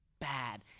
bad